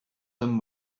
them